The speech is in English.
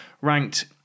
ranked